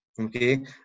Okay